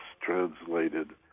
translated